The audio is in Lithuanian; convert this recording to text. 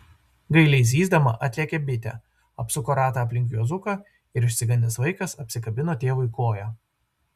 gailiai zyzdama atlėkė bitė apsuko ratą aplink juozuką ir išsigandęs vaikas apsikabino tėvui koją